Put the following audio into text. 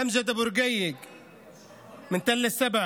אמג'ד אבו רקיק מתל שבע,